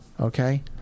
Okay